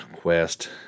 Quest